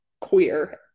queer